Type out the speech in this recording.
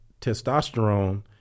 testosterone